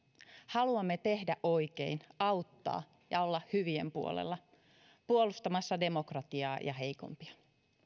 haluamme tehdä oikein auttaa ja olla hyvien puolella puolustamassa demokratiaa ja heikompia